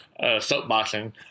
soapboxing